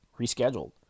rescheduled